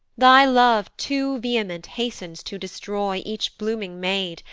thy love too vehement hastens to destroy each blooming maid,